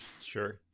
sure